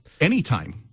anytime